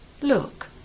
Look